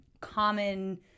common